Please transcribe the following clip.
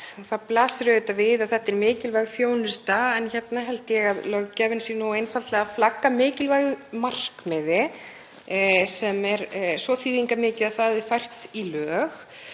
Það blasir auðvitað við að þetta er mikilvæg þjónusta en hérna held ég að löggjafinn sé einfaldlega að flagga mikilvægu markmiði sem er svo þýðingarmikið að það er fært í lög.